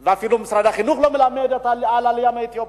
ואפילו משרד החינוך לא מלמד על העלייה מאתיופיה.